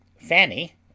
Fanny